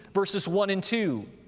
verses one and two.